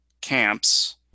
camps